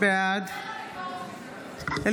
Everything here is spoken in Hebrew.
בעד אליהו ברוכי,